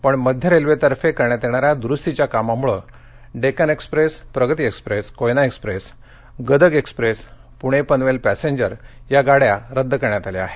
पण मध्य रेल्वेतर्फे करण्यात येणाऱ्या दुरुस्तीच्या कामामुळे Deccan express Pragati express Koyna express Gadag express Pune Panvel passenger या गाड्या रद्द करण्यात आल्या आहेत